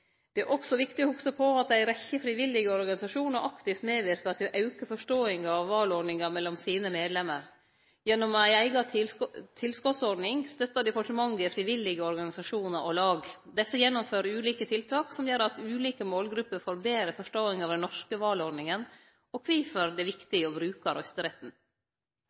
Det er også viktig å hugse på at ei rekkje frivillige organisasjonar aktivt medverkar til å auke forståinga av valordninga mellom sine medlemer. Gjennom ei eiga tilskotsordning støttar departementet frivillige organisasjonar og lag. Desse gjennomfører ulike tiltak, som gjer at ulike målgrupper får betre forståing av den norske valordninga og kvifor det er viktig å bruke røysteretten.